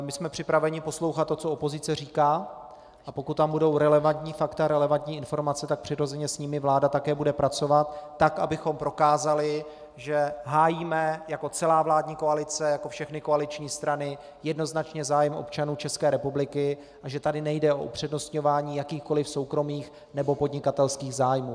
My jsme připraveni poslouchat to, co opozice říká, a pokud tam budou relevantní fakta, relevantní informace, tak přirozeně s nimi vláda také bude pracovat tak, abychom prokázali, že hájíme jako celá vládní koalice, jako všechny koaliční strany, jednoznačně zájem občanů České republiky a že tady nejde o upřednostňování jakýchkoli soukromých nebo podnikatelských zájmů.